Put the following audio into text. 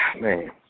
man